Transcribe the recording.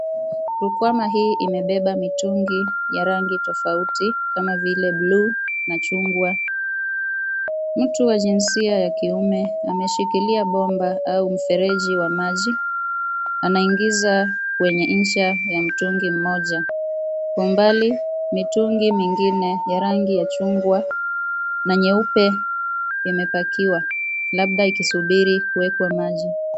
Mikono hii imebeba mitungi ya rangi tofauti kama vile bluu na chungwa. Mtu wa jinsia ya kiume ameshikilia bomba au mfereji wa maji anaingiza kwenye insha ya mtungi mmoja. Kwa mbali mitungi mingine ya rangi ya chungwa na nyeupe imepakiwa labda ikisubiri kuwekwa maji.